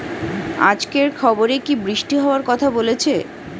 আজকের খবরে কি বৃষ্টি হওয়ায় কথা বলেছে?